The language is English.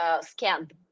scanned